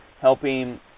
helping